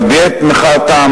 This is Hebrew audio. להביע את מחאתם.